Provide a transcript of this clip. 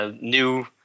new